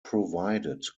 provided